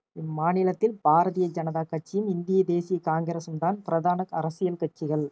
இம்மாநிலத்தில் பாரதிய ஜனதா கட்சியும் இந்திய தேசிய காங்கிரஸும் தான் பிரதான அரசியல் கட்சிகள்